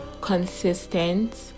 consistent